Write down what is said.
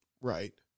right